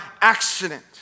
accident